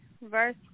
verse